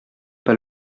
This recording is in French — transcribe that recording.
pas